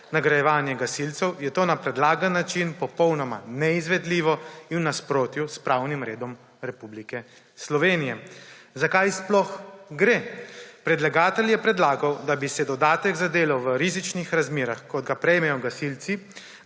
nagrajevanje gasilcev, je to na predlagan način popolnoma neizvedljivo in v nasprotju s pravnim redom Republike Slovenije. Za kaj sploh gre? Predlagatelj je predlagal, da bi se dodatek za delo v rizičnih razmerah, kot ga prejmejo gasilci,